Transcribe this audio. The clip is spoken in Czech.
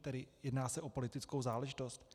Tedy jedná se o politickou záležitost?